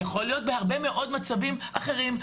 יכול להיות בהרבה מאוד מצבים אחרים,